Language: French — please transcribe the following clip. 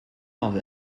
dans